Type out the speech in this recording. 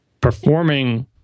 Performing